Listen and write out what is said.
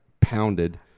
pounded